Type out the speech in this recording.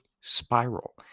spiral